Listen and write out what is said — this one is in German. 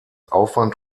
aufwand